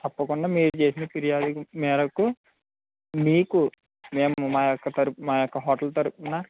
తప్పకుండా మీరు చేసిన ఫిర్యాదు మేరకు మీకు మేము మా యొక్క తరఫు మా యొక్క హోటల్ తరఫున